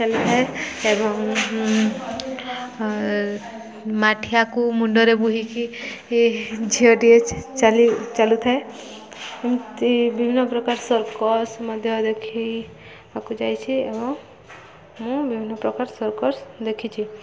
ଚାଲିଥାଏ ଏବଂ ମାଠିଆକୁ ମୁଣ୍ଡରେ ବୋହିକି ଝିଅଟିଏ ଚାଲି ଚାଲୁଥାଏ ଏମିତି ବିଭିନ୍ନ ପ୍ରକାର ସର୍କସ୍ ମଧ୍ୟ ଦେଖକୁ ଯାଇଛି ଏବଂ ମୁଁ ବିଭିନ୍ନ ପ୍ରକାର ସର୍କସ୍ ଦେଖିଛି